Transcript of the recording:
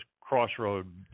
crossroad